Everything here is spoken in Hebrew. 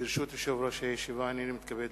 הודעתו של יושב-ראש ועדת הכנסת,